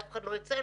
אף אחד לא יצא,